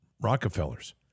Rockefellers